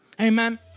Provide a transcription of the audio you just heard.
Amen